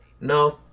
no